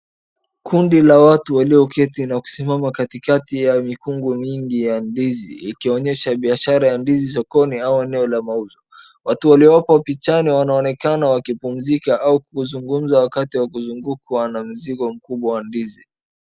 Kundi la watu walioketi na kusimama katikati ya mikungu mingi ya ndizi ikionyesha biashara ya ndizi sokoni au maeneo ya mauzo watu waliopo pichani wanaonekana wakipumzika au kuzungumza wakati wa kuzungukwa na mzigo mkubwa wa ndizi.